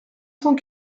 cent